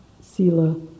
sila